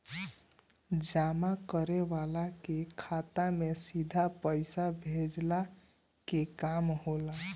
जमा करे वाला के खाता में सीधा पईसा भेजला के काम होला